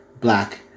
black